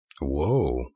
Whoa